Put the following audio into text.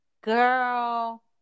girl